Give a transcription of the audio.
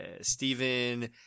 Stephen